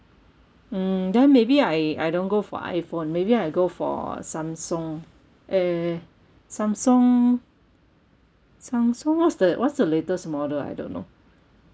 mm then maybe I I don't go for iphone maybe I go for samsung eh samsung samsung what's the what's the latest model I don't know